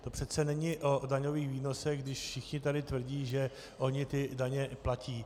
To přece není o daňových výnosech, když všichni tady tvrdí, že oni ty daně platí.